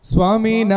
Swami